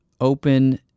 open